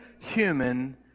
human